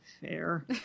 fair